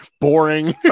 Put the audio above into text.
boring